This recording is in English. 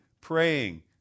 praying